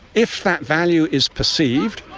if that value is perceived,